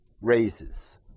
raises